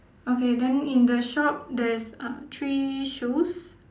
okay then in the shop there is uh three shoes